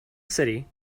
city